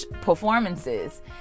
performances